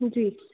जी